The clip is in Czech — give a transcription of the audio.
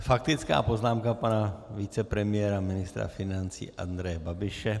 Faktická poznámka pana vicepremiéra a ministra financí Andreje Babiše.